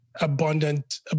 abundant